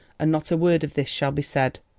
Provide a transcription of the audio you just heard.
and not a word of this shall be said.